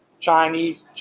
Chinese